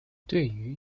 对于